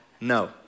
No